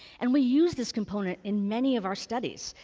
and we use this component in many of our studies.